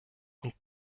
und